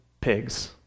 Pigs